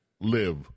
live